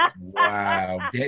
Wow